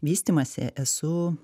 vystymąsi esu